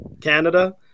Canada